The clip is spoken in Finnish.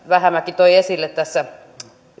vähämäki toi esille tässä